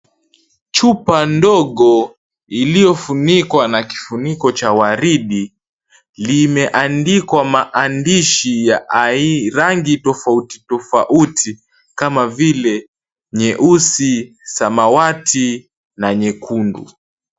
Chupa ndogo iliyofunikwa na kifuniko cha waridi limeandikwa maandishi ya rangi tofauti tofauti kama vile nyeusi, samawati na nyekundu.